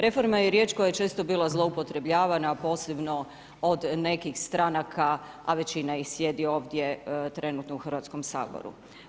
Reforma je riječ koja je često bila zloupotrebljavana, a posebno od nekih stranaka, a većina ih sjedi ovdje trenutno u Hrvatskom saboru.